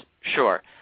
Sure